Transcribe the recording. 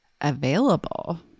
available